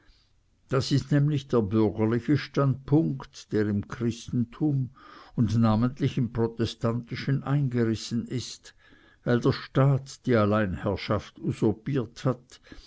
das ist nämlich der bürgerliche standpunkt der im christentum und namentlich im protestantischen eingerissen ist weil der staat die alleinherrschaft usurpiert hat